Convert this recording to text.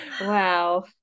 wow